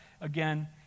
again